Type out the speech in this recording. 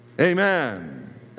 Amen